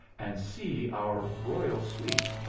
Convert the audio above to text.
and see our royal suite?